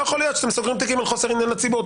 לא יכול להיות שאתם סוגרים תיקים על חוסר עניין לציבור.